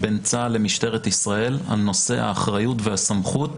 בין צה"ל לבין משטרת ישראל על נושא האחריות והסמכות